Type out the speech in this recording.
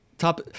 top